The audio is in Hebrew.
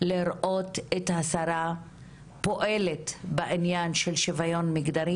לראות את השרה פועלת בעניין של שוויון מגדרי